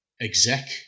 exec